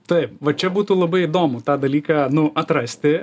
taip va čia būtų labai įdomu tą dalyką nu atrasti